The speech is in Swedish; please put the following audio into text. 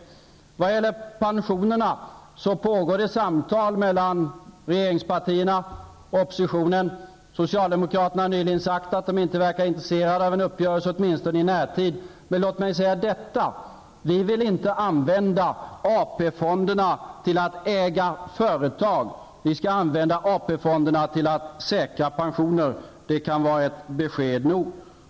När det gäller pensionerna pågår det samtal mellan regeringspartierna och oppositionen. Socialdemokraterna har nyligen sagt att de inte är intresserade av en uppgörelse, åtminstone i närtid. Men låt mig säga detta: Vi vill inte använda AP fonderna till att äga företag. Vi skall använda AP fonderna till att säkra pensioner. Det kan vara besked nog.